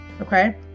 okay